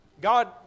God